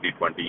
2020